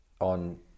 on